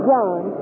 John